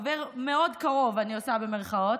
חבר מאוד קרוב במירכאות,